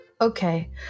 Okay